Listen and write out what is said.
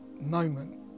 moment